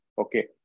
Okay